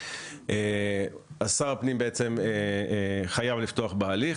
כאמור, שר הפנים חייב לפתוח בהליך.